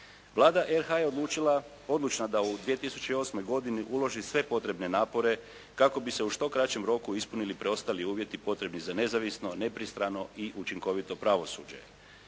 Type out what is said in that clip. Vlada RH je odlučna da u 2008. godini uloži sve potrebne napore kako bi se u što kraćem roku ispunili preostali uvjeti potrebni za nezavisno, nepristrano i učinkovito pravosuđe.